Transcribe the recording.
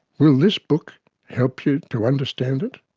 will this book help you to understand it?